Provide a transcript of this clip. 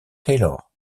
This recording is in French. taylor